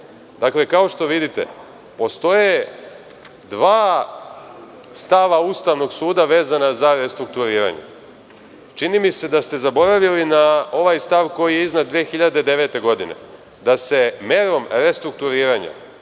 privatnu. Kao što vidite, postoje dva stava Ustavnog suda vezano za restrukturiranje. Čini mi se da ste zaboravili na ovaj stav koji je iznet 2009. godine, da se merom restrukturiranja